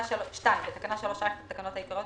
(2) בתקנה 3א לתקנות העיקריות,